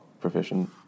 proficient